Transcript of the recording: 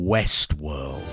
Westworld